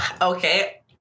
Okay